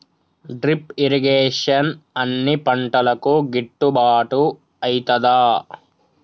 Drip irrigation అన్ని పంటలకు గిట్టుబాటు ఐతదా?